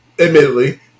admittedly